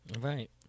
Right